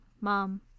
Mom